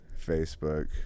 Facebook